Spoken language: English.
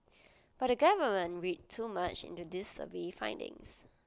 but the government read too much into these survey findings